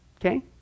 okay